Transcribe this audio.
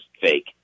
fake